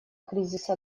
кризиса